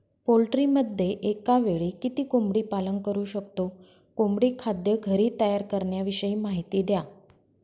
पोल्ट्रीमध्ये एकावेळी किती कोंबडी पालन करु शकतो? कोंबडी खाद्य घरी तयार करण्याविषयी माहिती द्या